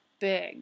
big